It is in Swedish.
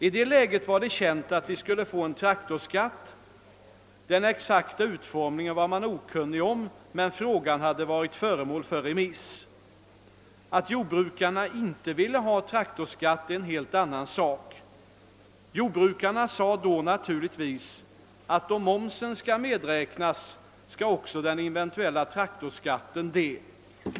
I det läget var det känt att vi skulle få en traktorskatt; den exakta utformningen var man okunnig om men frågan hade varit föremål för remiss. Att jordbrukarna inte ville ha traktorskatten är en helt annan sak. Jordbrukarna sade då naturligtvis att om momsen skall medräknas skall också den eventuella traktorskatten det.